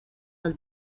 del